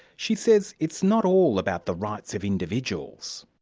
she says it's not all about the rights of individuals.